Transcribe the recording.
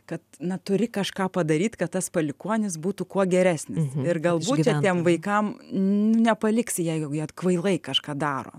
kad na turi kažką padaryt kad tas palikuonis būtų kuo geresnis ir galbūt čia tiem vaikam nepaliksi jeigu jie kvailai kažką daro